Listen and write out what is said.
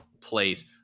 place